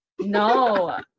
No